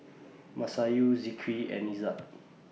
Masayu Zikri and Izzat